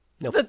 No